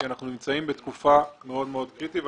אנחנו נמצאים בתקופה מאוד מאוד קריטית.